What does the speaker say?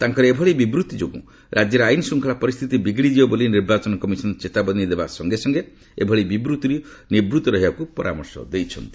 ତାଙ୍କର ଏଭଳି ବିବୃତ୍ତି ଯୋଗୁଁ ରାଜ୍ୟରେ ଆଇନ ଶୃଙ୍ଖଳା ପରିସ୍ଥିତି ବିଗିଡିଯିବ ବୋଲି ନିର୍ବାଚନ କମିଶନ ଚେତାବନୀ ଦେବା ସଙ୍ଗେ ସଙ୍ଗେ ଏଭଳି ବିବୃତିରୁ ନିବୃତ ରହିବାକୁ ପରାମର୍ଶ ଦେଇଛନ୍ତି